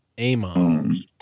Amon